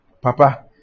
papa